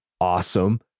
Awesome